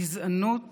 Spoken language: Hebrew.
גזענות